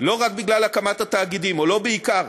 לא רק בגלל הקמת התאגידים, או לא בעיקר.